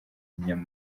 inyama